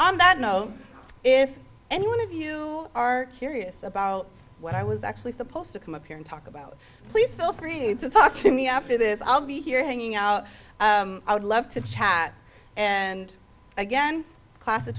that note if any one of you are curious about what i was actually supposed to come up here and talk about please feel free to talk to me after this i'll be here hanging out i would love to chat and again class